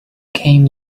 came